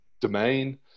domain